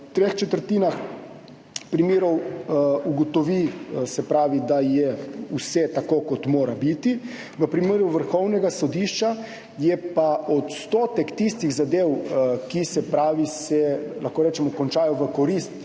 v treh četrtinah primerov ugotovi, da je vse tako, kot mora biti. V primeru Vrhovnega sodišča je pa odstotek tistih zadev, ki se končajo v korist